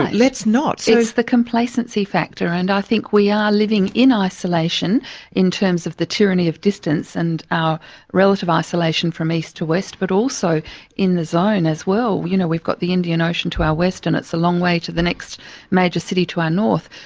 and let's not. you're right. it's the complacency factor, and i think we are living in isolation in terms of the tyranny of distance and our relative isolation from east to west, but also in the zone as well you know, we've got the indian ocean to our west and it's a long way to the next major city to our north.